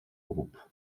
groupe